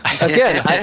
Again